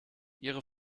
ihre